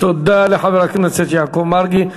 תודה לחבר הכנסת יעקב מרגי.